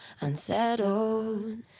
unsettled